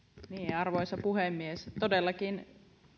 arvoisa puhemies todellakin